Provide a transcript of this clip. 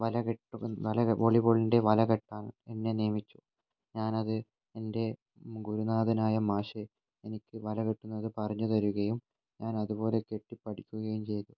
വല കെട്ടും വോളിബോളിൻ്റെ വല കെട്ടാൻ എന്നെ നിയമിച്ചു ഞാനത് എൻ്റെ ഗുരുനാഥനായ മാഷ് എനിക്ക് വല കെട്ടുന്നത് പറഞ്ഞ് തരുകയും ഞാൻ അതുപോലെ കെട്ടി പഠിക്കുകയും ചെയ്തു